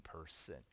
person